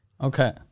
Okay